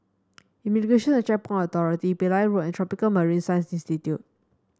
Immigration and Checkpoint Authority Pillai Road and Tropical Marine Science Institute